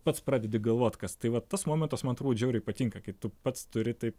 pats pradedi galvot kas tai vat tas momentas man turbūt žiauriai patinka kai tu pats turi taip